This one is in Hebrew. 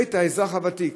לבית האזרח הוותיק?